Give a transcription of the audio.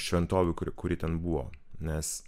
šventovių ku kuri ten buvo nes